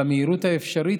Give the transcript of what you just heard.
במהירות האפשרית,